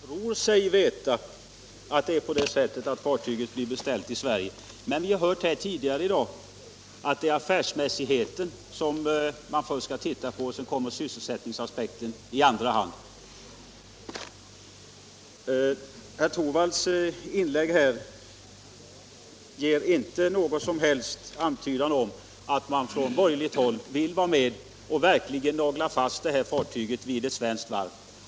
Herr talman! Herr Torwald tror sig veta att fartyget blir beställt i Sverige. Men vi har hört tidigare i dag att det är affärsmässigheten som man först skall titta på, och sedan kommer sysselsättningsaspekten i andra hand. Herr Torwalds inlägg ger inte någon som helst antydan om att man på borgerligt håll vill vara med och verkligen nagla fast denna fartygsbeställning vid svenskt varv.